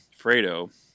Fredo